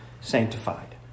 sanctified